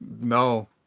No